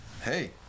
hey